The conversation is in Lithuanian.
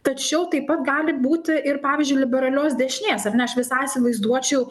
tačiau taip pat gali būti ir pavyzdžiui liberalios dešinės ar ne aš visai įsivaizduočiau